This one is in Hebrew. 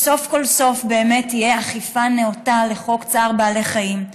כדי שסוף-סוף תהיה אכיפה נאותה של חוק צער בעלי חיים: